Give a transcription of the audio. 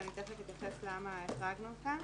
שאני תיכף אתייחס למה החרגנו אותם.